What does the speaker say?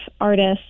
artists